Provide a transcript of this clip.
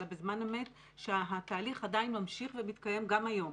אלא בזמן אמת שהתהליך עדיין ממשיך ומתקיים גם היום.